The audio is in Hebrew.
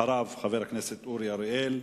אחריו, חבר הכנסת אורי אריאל,